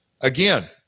Again